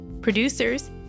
producers